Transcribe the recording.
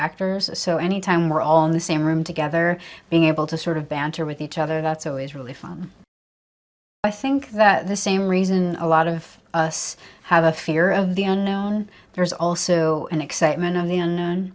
actors so anytime we're all in the same room together being able to sort of banter with each other that's so it's really fun i think that the same reason a lot of us have a fear of the unknown there's also an excitement of the unknown